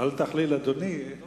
אל תכליל, אדוני.